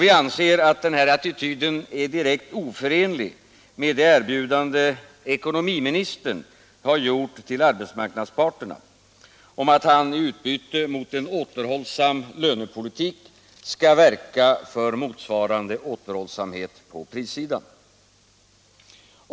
Vi anser också att den här attityden är direkt oförenlig med det erbjudande ekonomiministern har gjort till arbetsmarknadsparterna att han i utbyte mot en återhållsam lönepolitik skall verka för motsvarande återhållsamhet på prissidan.